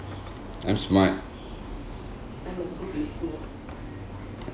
I'm smart